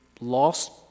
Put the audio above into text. lost